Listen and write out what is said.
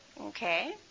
Okay